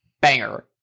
banger